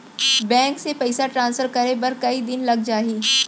Bank से पइसा transfer करे बर कई दिन लग जाही?